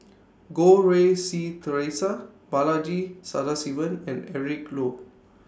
Goh Rui Si Theresa Balaji Sadasivan and Eric Low